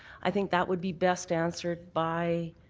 i think that would be best answered by